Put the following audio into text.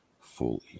fully